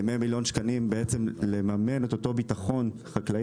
100 מיליון ₪ למימון אותו ביטחון חקלאי.